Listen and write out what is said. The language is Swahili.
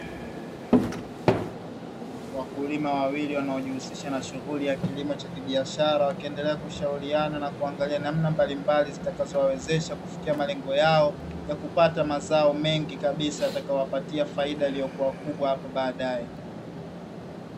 Wakulima wawili wanaojihusisha na shughuli ya kilimo cha kibiashara, wanaendelea kushauriana na kuangalia namna mbalimbali zitakazowawezesha kufikia malengo yao ya kupata mazao mengi kabisa yatakayo wapatia faida iliyokuwa kubwa hapo baadae.